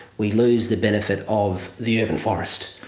we lose the benefit of the urban forest,